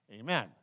amen